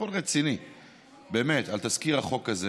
מכון רציני באמת, על תזכיר החוק הזה.